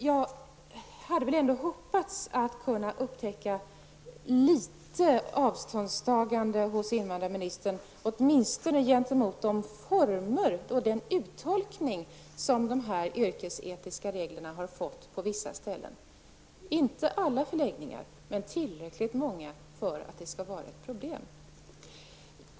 Jag hade ändå hoppats att kunna upptäcka ett litet avståndstagande hos invandrarministern, åtminstone gentemot de former och den uttolkning som de yrkesetiska reglerna har fått på vissa ställen -- inte på alla förläggningar men på tillräckligt många för att det skall vara ett problem.